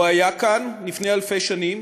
הוא היה כאן לפני אלפי שנים,